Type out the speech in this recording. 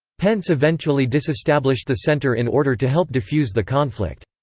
pence eventually disestablished the center in order to help defuse the conflict.